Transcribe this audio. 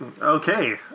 okay